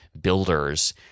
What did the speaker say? builders